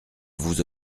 vous